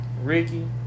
Ricky